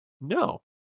No